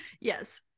yes